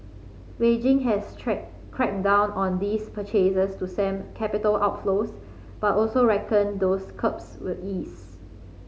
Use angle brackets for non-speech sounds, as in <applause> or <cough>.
Beijing has <unintelligible> cracked down on these purchases to stem capital outflows but also reckon those curbs will ease